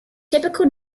typical